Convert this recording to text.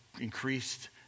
increased